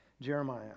Jeremiah